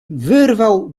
wyrwał